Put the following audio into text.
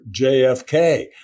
JFK